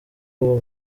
uwo